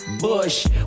Bush